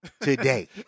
today